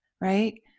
right